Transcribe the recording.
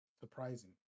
surprising